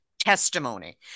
testimony